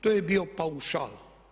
To je bio paušal.